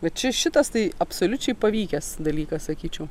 va čia šitas tai absoliučiai pavykęs dalykas sakyčiau